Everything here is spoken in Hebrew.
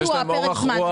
הפוך.